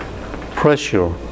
pressure